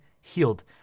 healed